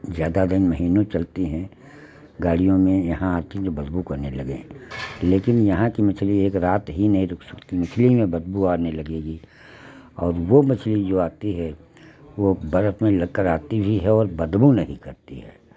ज़्यादा दिन महीनों चलती हैं गाड़ियों में यहाँ आकि तो बदबू करने लगें लेकिन यहाँ की मछली एक रात ही नहीं रुक सकती मछली में बदबू आने लगेगी और वो मछली जो आती है वो बर्फ में लग कर आती भी है और बदबू नहीं करती है